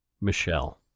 Michelle